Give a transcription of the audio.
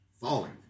Falling